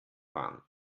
fahren